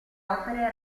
opere